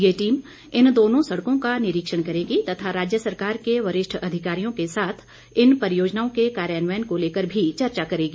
ये टीम इन दोनों सड़कों का निरीक्षण करेगी तथा राज्य सरकार के वरिष्ठ अधिकारियों के साथ इन परियोजनाओं के कार्यान्वयन को लेकर भी चर्चा करेगी